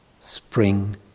spring